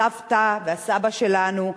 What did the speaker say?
הסבתא והסבא שלנו,